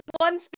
one